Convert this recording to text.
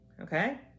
okay